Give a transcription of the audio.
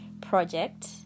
Project